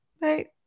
hey